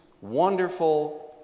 wonderful